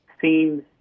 seems